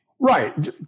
Right